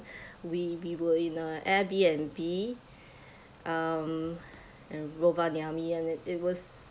we we were in a airbnb um in rovaniemi and it was